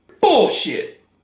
bullshit